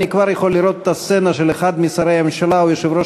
אני כבר יכול לראות את הסצנה של אחד משרי הממשלה או יושב-ראש